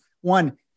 One